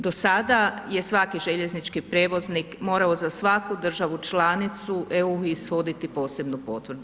Do sada je svaki željeznički prijevoznik morao za svaku državu članicu EU ishoditi posebnu potvrdu.